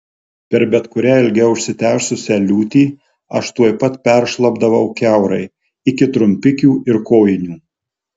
per bet kurią ilgiau užsitęsusią liūtį aš tuoj pat peršlapdavau kiaurai iki trumpikių ir kojinių